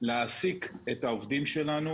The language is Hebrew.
להעסיק את העובדים שלנו,